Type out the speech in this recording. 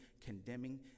condemning